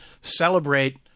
Celebrate